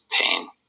pain